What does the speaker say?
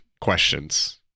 questions